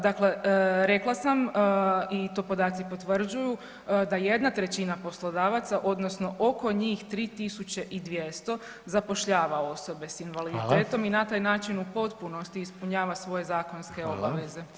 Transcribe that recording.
Dakle, rekla sam i to podaci potvrđuju da 1/3 poslodavaca odnosno oko njih 3200 zapošljava osobe s invaliditetom i na taj način u potpunosti ispunjava svoje zakonske obaveze.